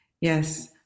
Yes